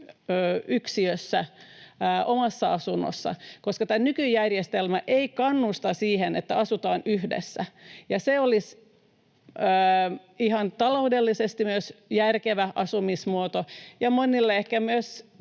yksiössä, omassa asunnossa, koska tämä nykyjärjestelmä ei kannusta siihen, että asutaan yhdessä. Se olisi ihan taloudellisesti myös järkevä asumismuoto ja monille ehkä myös